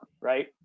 right